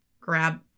grab